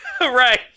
Right